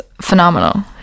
phenomenal